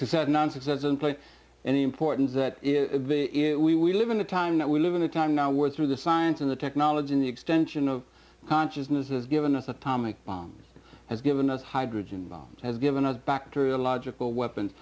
said nonsense doesn't play any importance that we live in the time that we live in a time now we're through the science and the technology in the extension of consciousness has given us atomic bombs has given us hydrogen bombs has given us bacteriological weapons